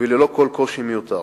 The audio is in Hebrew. וללא כל קושי מיותר.